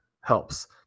helps